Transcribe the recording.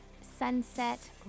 Sunset